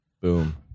boom